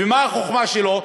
ומה החוכמה שלו?